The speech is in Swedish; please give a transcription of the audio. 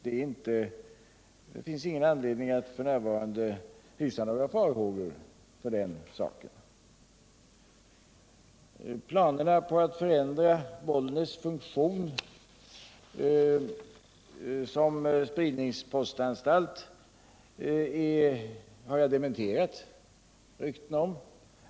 Det finns alltså ingen anledning att f. n. hysa några farhågor för den saken. Ryktena om planer på att förändra Bollnäs funktion som spridningspostanstalt har jag dementerat.